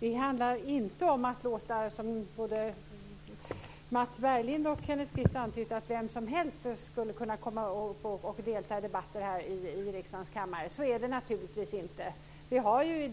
Det handlar inte om att låta - som både Mats Berglind och Kenneth Kvist antytt - vem som helst komma och delta i debatter här i riksdagens kammare. Så är det naturligtvis inte. Vi har ju